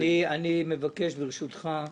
אני מבקש, ברשותך,